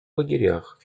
лагерях